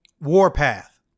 Warpath